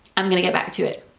i'm going to get back to it,